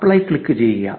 apply ക്ലിക്കുചെയ്യുക